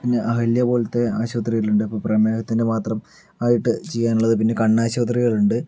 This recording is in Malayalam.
പിന്നെ അഹല്യ പോലത്തെ ആശുപത്രികളുണ്ട് അപ്പോൾ പ്രമേഹത്തിൻ്റെ മാത്രം ആയിട്ട് ചെയ്യാൻ ഉള്ളത് പിന്നെ കണ്ണാശുപത്രികളുണ്ട്